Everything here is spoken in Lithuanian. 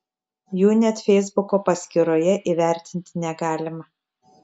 jų net feisbuko paskyroje įvertinti negalima